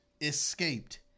escaped